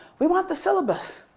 we want the syllabus.